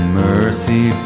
mercy